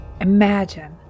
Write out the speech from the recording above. Imagine